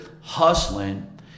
hustling